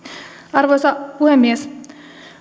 arvoisa puhemies